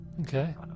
okay